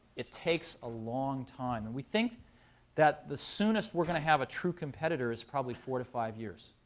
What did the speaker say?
it takes a long time. and we think that the soonest we're going to have a true competitor is probably four to five years.